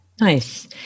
Nice